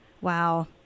Wow